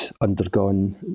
undergone